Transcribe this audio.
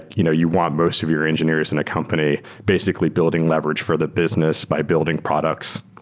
you know you want most of your engineers in a company basically building leverage for the business by building products.